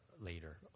later